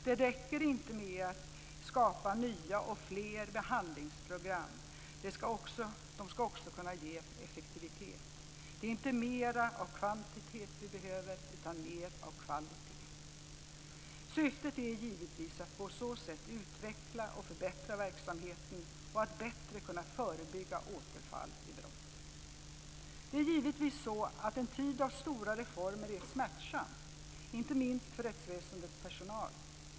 Det räcker inte med att skapa nya och fler behandlingsprogram. De ska också kunna ge effektivitet. Det är inte mer av kvantitet vi behöver utan mer av kvalitet. Syftet är givetvis att på så sätt utveckla och förbättra verksamheten och att bättre kunna förebygga återfall i brott. Det är givetvis så att en tid av stora reformer är smärtsam, inte minst för rättsväsendets personal.